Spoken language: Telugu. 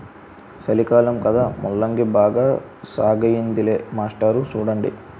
సలికాలం కదా ముల్లంగి బాగా సాగయ్యిందిలే మాస్టారు సూడండి